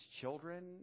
children